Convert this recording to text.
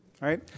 right